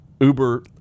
Uber